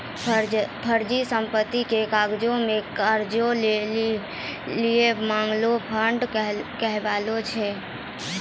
फर्जी संपत्ति के कागजो पे कर्जा लेनाय मार्गेज फ्राड कहाबै छै